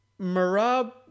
Marab